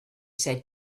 said